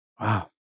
Wow